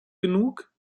genug